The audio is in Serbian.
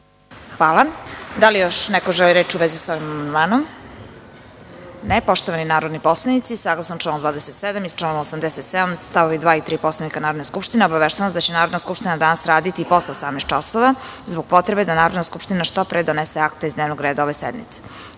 Hvala. Da li još neko želi reč u vezi sa ovim amandmanom? (Ne)Poštovani narodni poslanici, saglasno članu 27. i članu 87. st. 2. i 3. Poslovnika Narodne skupštine, obaveštavam vas da će Narodna skupština danas raditi i posle 18.00 časova, zbog potrebe da Narodna skupština što pre donese akta iz dnevnog reda ove